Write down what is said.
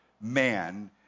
man